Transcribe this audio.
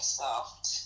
soft